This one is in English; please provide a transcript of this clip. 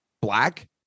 black